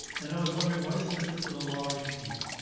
and i was wondering, what is physics with a large p?